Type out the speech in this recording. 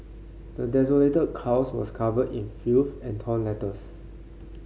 the desolated house was covered in filth and torn letters